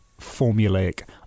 Formulaic